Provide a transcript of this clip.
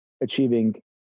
achieving